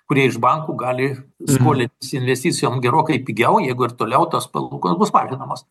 kurie iš bankų gali skolintis investicijom gerokai pigiau jeigu ir toliau tos palūkanos bus mažinamos